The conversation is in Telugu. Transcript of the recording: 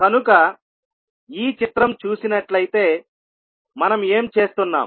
కనుక ఈ చిత్రం చూసినట్లయితే మనం ఏం చేస్తున్నాం